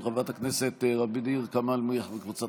של חברת הכנסת ע'דיר כמאל מריח וקבוצת